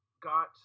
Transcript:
got